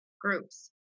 groups